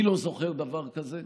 אני לא זוכר דבר כזה.